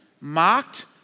mocked